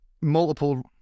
multiple